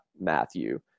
Matthew